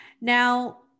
Now